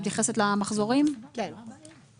נמשיך לסעיף הבא.